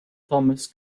thomas